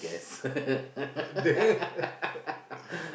guest